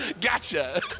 Gotcha